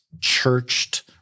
churched